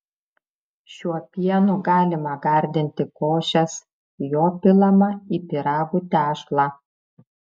šiuo pienu galima gardinti košes jo pilama į pyragų tešlą